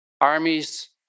Armies